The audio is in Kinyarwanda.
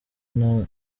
nta